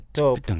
top